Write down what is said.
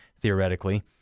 theoretically